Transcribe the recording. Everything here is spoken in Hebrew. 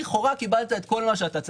לכאורה קיבלת את כל מה שאתה צריך.